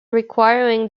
requiring